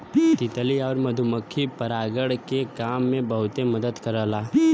तितली आउर मधुमक्खी परागण के काम में बहुते मदद करला